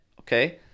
Okay